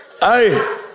hey